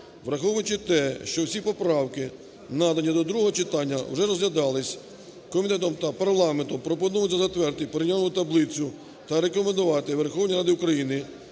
Враховуючи те, що всі поправки, надані до другого читання, уже розглядались, комітетом та парламентом пропонується затвердити порівняльну таблицю та рекомендувати Верховній Раді України